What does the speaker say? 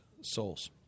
souls